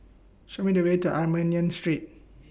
Show Me The Way to Armenian Street